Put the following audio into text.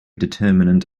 determinant